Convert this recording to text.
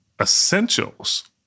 essentials